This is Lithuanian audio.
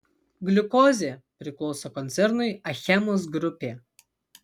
gliukozė priklauso koncernui achemos grupė